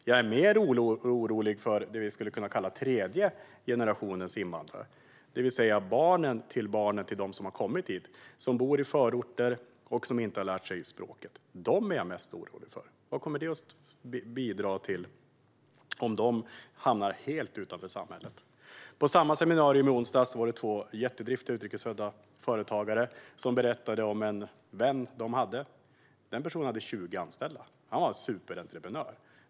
Jag är mer orolig för det som man kan kalla för tredje generationens invandrare, det vill säga barnen till barnen till dem som har kommit hit som bor i förorter och som inte har lärt sig språket. Dem är jag mest orolig för. Hur kommer de att kunna bidra om de hamnar helt utanför samhället? På samma seminarium i onsdags var det två jättedriftiga utrikesfödda företagare som berättade om en vän som hade 20 anställda. Han var en superentreprenör.